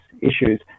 issues